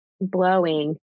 blowing